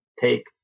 take